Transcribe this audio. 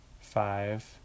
five